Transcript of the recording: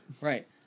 Right